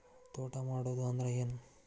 ತೋಟ ಮಾಡುದು ಅಂದ್ರ ಏನ್?